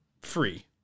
free